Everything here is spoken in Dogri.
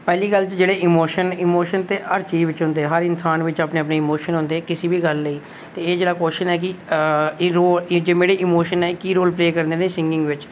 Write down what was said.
पैह्ली गल्ल ते इमोशन इमोशन ते हर जीव च होंदे हर इन्सान च अपने अपने इमोशन होंदे किसी बी गल्ल ई ते एह् जेह्ड़ा क्वेशन ऐ कि एह् जेह्ड़े इमोशन न एह् केह् रोल प्ले करदे न सिंगिंग बिच